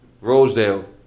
Rosedale